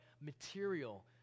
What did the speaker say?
material